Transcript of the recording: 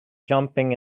jumping